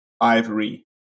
ivory